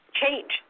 Change